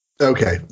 okay